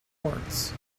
ports